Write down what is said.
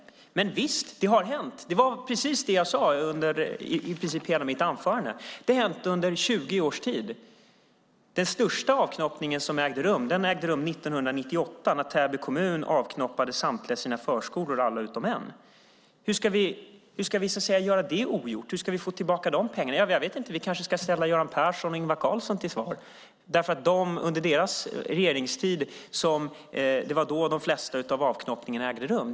Men visst - det har hänt. Det var precis det jag sade under i princip hela mitt inlägg. Det har hänt under 20 års tid. Den största avknoppningen ägde rum 1998 när Täby kommun avknoppade nästan samtliga sina förskolor; det var alla utom en. Hur ska vi göra det ogjort? Hur ska vi få tillbaka de pengarna? Jag vet inte; vi kanske ska ställa Göran Persson och Ingvar Carlsson till svars. Det var nämligen under deras regeringstid de flesta avknoppningar ägde rum.